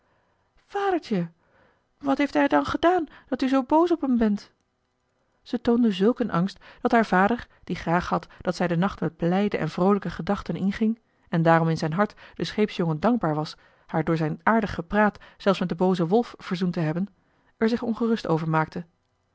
vadertje wat heeft hij dan gedaan dat u zoo boos op hem bent ze toonde zulk een angst dat haar vader die graag had dat zij den nacht met blijde en vroolijke gedachten inging en daarom in zijn hart den scheepsjongen dankbaar was haar door zijn aardig gepraat zelfs met den boozen wolf verzoend te hebben er zich ongerust over maakte